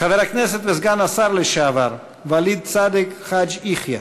חבר הכנסת וסגן השר לשעבר וליד צאדק חאג'-יחיא,